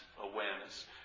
awareness